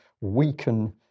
weaken